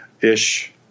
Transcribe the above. ish